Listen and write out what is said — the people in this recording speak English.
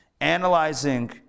analyzing